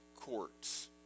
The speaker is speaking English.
courts